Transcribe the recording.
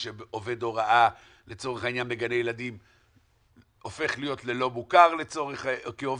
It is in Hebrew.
שעובד הוראה בגני ילדים הופך להיות ללא מוכר כעובד,